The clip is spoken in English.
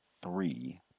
three